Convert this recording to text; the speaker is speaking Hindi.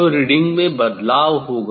जब रीडिंग में बदलाव होगा